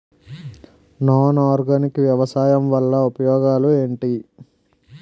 Non organic వ్యవసాయం వల్ల ఉపయోగాలు ఏంటీ?